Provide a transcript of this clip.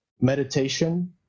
Meditation